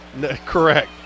Correct